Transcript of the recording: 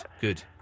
Good